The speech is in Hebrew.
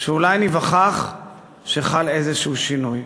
שאולי ניווכח שחל איזשהו שינוי.